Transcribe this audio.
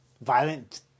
violent